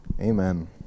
Amen